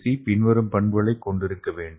C பின்வரும் பண்புகளைக் கொண்டிருக்க வேண்டும்